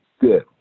Good